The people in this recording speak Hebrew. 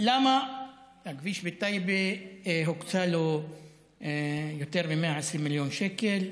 הכביש בטייבה, הוקצו לו יותר מ-120 מיליון שקל.